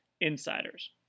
insiders